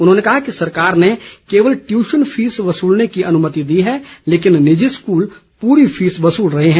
उन्होंने कहा कि सरकार ने केवल टयूशन फीस वसूलने की अनुमति दी है लेकिन निजी स्कूल पूरी फीस वसूल रहे हैं